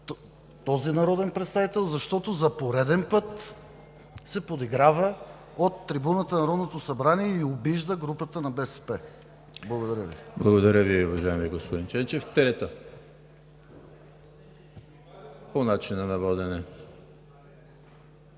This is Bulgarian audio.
този народен представител, защото за пореден път се подиграва от трибуната на Народното събрание и обижда групата на БСП. Благодаря Ви. ПРЕДСЕДАТЕЛ ЕМИЛ ХРИСТОВ: Благодаря Ви, уважаеми господин Ченчев. По начина на водене.